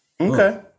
okay